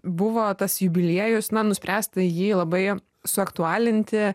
buvo tas jubiliejus na nuspręsta jį labai suaktualinti